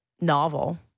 Novel